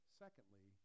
secondly